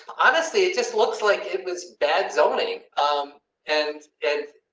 honestly, it just looks like it was bad zoning um and and.